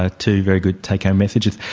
ah two very good take-home messages.